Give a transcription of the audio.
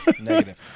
Negative